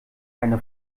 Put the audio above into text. eine